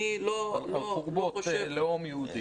על חורבות לאום יהודי.